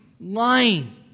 Lying